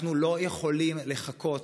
אנחנו לא יכולים לחכות.